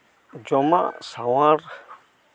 ᱡᱚᱢᱟᱜ ᱥᱟᱶᱟᱨ